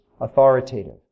authoritative